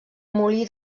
molí